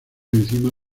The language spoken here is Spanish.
encima